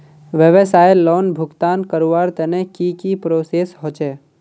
व्यवसाय लोन भुगतान करवार तने की की प्रोसेस होचे?